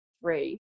three